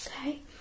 okay